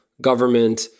government